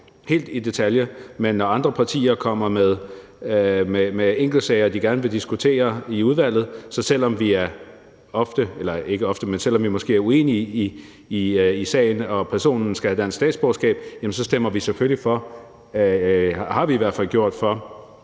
med det, men når andre partier kommer med enkeltsager, de gerne vil diskutere i udvalget, så stemmer vi, selv om vi måske i salen er uenige om, om personen skal have dansk statsborgerskab, selvfølgelig for – det har vi i hvert fald gjort –